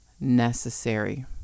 necessary